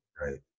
Right